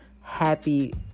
happy